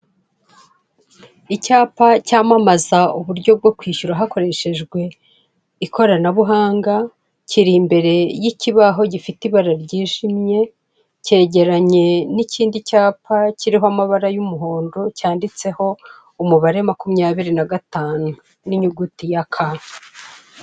Icyapa cyamamaza uburyo bwo kwishyura hakoreshejwe ikoranabuhanga kiri imbere y'ikibaho gifite ibara ryijimye, cyegeranye n'ikindi cyapa kiriho amabara y'umuhondo cyanditseho umubare makumyabiri na gatanu n'inyuguti ya K.